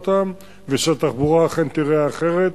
ושהתחבורה אכן תיראה אחרת.